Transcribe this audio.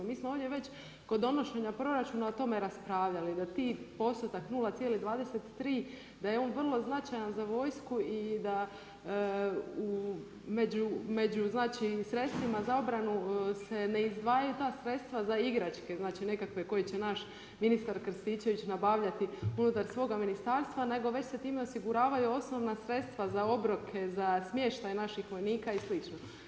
Mi smo ovdje već kod donošenja proračuna o tome raspravljali da taj postotak 0,23 da je on vrlo značajan za vojsku i da među sredstvima za obranu se ne izdvajaju ta sredstva za igračke koje će naš ministar Krstičević nabavljati unutar svoga ministarstva nego se već time osiguravaju osnovna sredstva za obroke, za smještaj naših vojnika i slično.